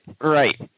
Right